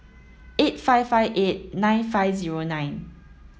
eight five five eight nine five zero nine